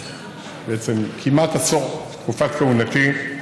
שבעצם כמעט חופף עשור של תקופת כהונתי,